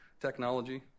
technology